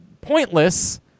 pointless